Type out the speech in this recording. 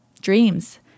dreams